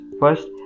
first